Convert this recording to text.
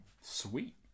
Sweet